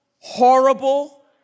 horrible